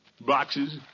boxes